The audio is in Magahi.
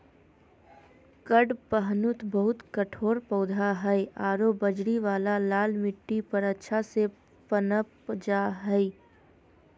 कडपहनुत बहुत कठोर पौधा हइ आरो बजरी वाला लाल मिट्टी पर अच्छा से पनप जा हइ